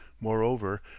Moreover